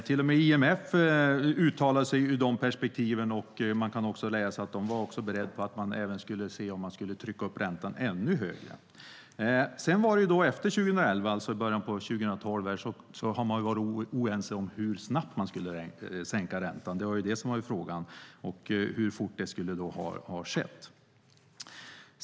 Till och med IMF uttalade sig i de perspektiven, och man kan läsa att de var beredda på att även se om man skulle trycka upp räntan ännu högre. Efter 2011, alltså i början på 2012, har man varit oense om hur snabbt man skulle sänka räntan. Frågan har varit hur fort det skulle ske.